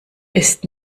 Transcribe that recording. ist